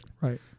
Right